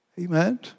Amen